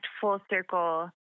full-circle